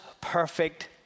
perfect